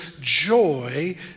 joy